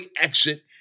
exit